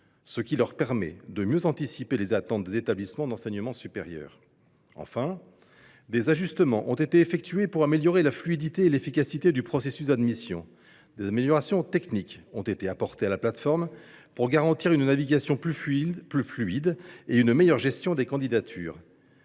ce qui leur permet de mieux anticiper les attentes des établissements d’enseignement supérieur. Enfin, des ajustements ont été effectués pour améliorer la fluidité et l’efficacité du processus d’admission. Des améliorations techniques ont été apportées à la plateforme pour garantir une navigation plus fluide et une meilleure gestion des candidatures.